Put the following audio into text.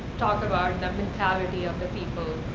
member mentality of the people